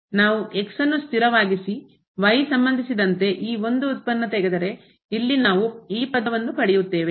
ನಾವು ನ್ನ ಸ್ಥಿರವಾಗಿಸಿ y ಸಂಬಂಧಿಸಿದಂತೆ ಈ ಒಂದು ಉತ್ಪನ್ನ ತೆಗೆದರೆ ಇಲ್ಲಿ ನಾವು ಈ ಪದವನ್ನು ಪಡೆಯುತ್ತೇವೆ